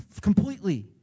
completely